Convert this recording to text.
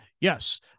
Yes